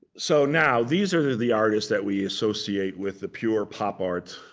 so now, these are the artists that we associate with the pure pop art,